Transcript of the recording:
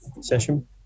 session